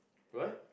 what